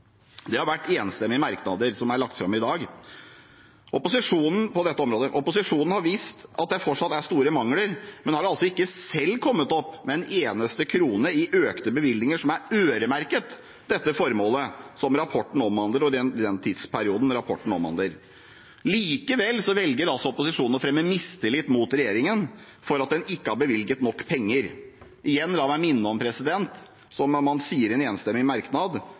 det har vært bred enighet om bevilgningene til disse beredskapsformålene. Det er enstemmige merknader som er lagt fram i dag på dette området. Opposisjonen har visst at det fortsatt er store mangler, men har ikke selv kommet opp med en eneste krone i økte bevilgninger som er øremerket det formålet som rapporten omhandler, og i den tidsperioden rapporten omhandler. Likevel velger altså opposisjonen å fremme mistillit mot regjeringen for at den ikke har bevilget nok penger. La meg igjen minne om – som man sier i en enstemmig merknad